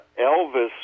Elvis